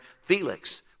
Felix